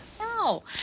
No